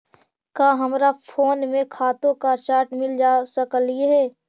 का हमरा फोन में खातों का चार्ट मिल जा सकलई हे